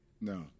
No